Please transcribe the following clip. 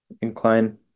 incline